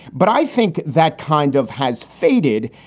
but i think that kind of has faded.